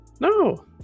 No